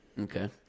Okay